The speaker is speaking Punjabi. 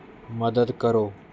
ਮਦਦ ਕਰੋ